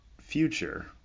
future